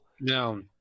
No